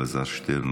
אלעזר שטרן,